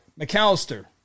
McAllister